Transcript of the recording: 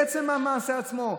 בעצם המעשה עצמו.